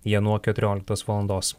jie nuo keturioliktos valandos